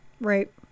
right